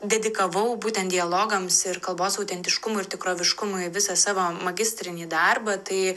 dedikavau būten dialogams ir kalbos autentiškumui ir tikroviškumui visą savo magistrinį darbą tai